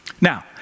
Now